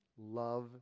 love